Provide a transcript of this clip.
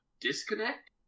disconnect